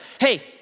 Hey